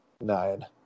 Nine